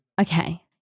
Okay